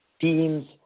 teams